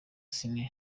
ciney